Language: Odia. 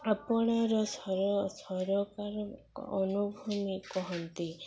ଆପଣର ସର ସରକାର ଅନୁଭୂମି କହନ୍ତି